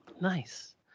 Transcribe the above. Nice